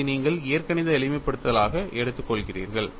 இதை நீங்கள் இயற்கணித எளிமைப்படுத்தலாக எடுத்துக்கொள்கிறீர்கள்